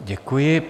Děkuji.